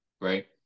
right